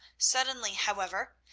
suddenly, however,